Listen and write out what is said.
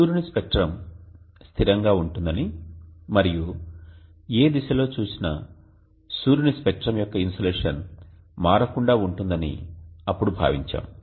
సూర్యుని స్పెక్ట్రమ్ స్థిరంగా ఉంటుందని మరియు ఏ దిశలో చూసినా సూర్యుని స్పెక్ట్రం యొక్క ఇన్సోలేషన్ మారకుండా ఉంటుందని అప్పుడు భావించాము